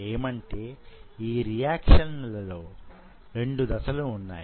ఏమంటే ఈ రియాక్షన్లో రెండు దశలు ఉంటాయి